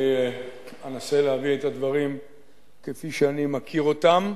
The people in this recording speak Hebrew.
אני אנסה להביא את הדברים כפי שאני מכיר אותם,